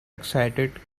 excited